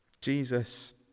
Jesus